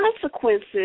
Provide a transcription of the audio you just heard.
consequences